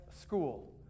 school